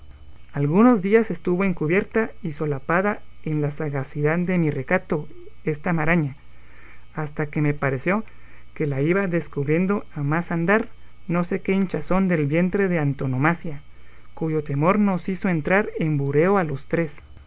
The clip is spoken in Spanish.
algunos días estuvo encubierta y solapada en la sagacidad de mi recato esta maraña hasta que me pareció que la iba descubriendo a más andar no sé qué hinchazón del vientre de antonomasia cuyo temor nos hizo entrar en bureo a los tres